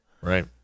Right